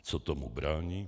Co tomu brání?